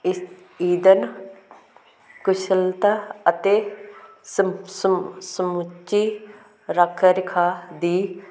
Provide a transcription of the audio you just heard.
ਈ ਈਧਨ ਕੁਸ਼ਲਤਾ ਅਤੇ ਸੰਪ ਸੰਪ ਸਮੁੱਚੀ ਰੱਖ ਰਖਾਅ ਦੀ